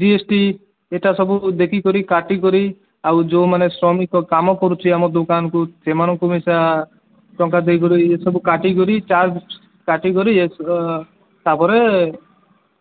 G S T ଏଇଟା ସବୁ ଦେଖିକରି କାଟିକରି ଆଉ ଯେଉଁମାନେ ଶ୍ରମିକ କାମ କରୁଛି ଆମ ଦୋକାନକୁ ସେମାନଙ୍କୁ ବି ଟଙ୍କା ଦେଇ କରି ସବୁ କାଟି କରି କାଟିକରି ତା'ପରେ